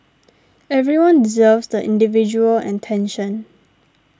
everyone deserves the individual attention